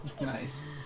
Nice